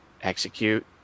execute